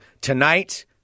tonight